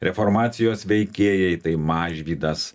reformacijos veikėjai tai mažvydas